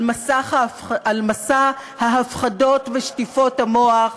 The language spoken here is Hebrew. על מסע ההפחדות ושטיפות המוח,